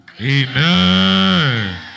Amen